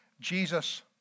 Jesus